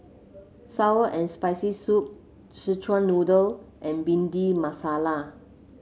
sour and Spicy Soup Szechuan Noodle and Bhindi Masala